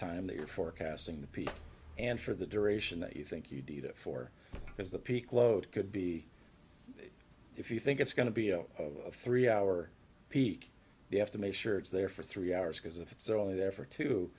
time that you're forecasting the peak and for the duration that you think you need it for because the peak load could be if you think it's going to be out of three hour peak you have to make sure it's there for three hours because if it's only there for t